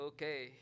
Okay